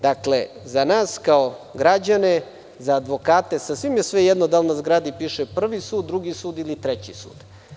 Za nas, kao građane, za advokate, sasvim je svejedno da li na zgradi piše prvi sud, drugi sud ili treći sud.